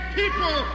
people